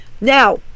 Now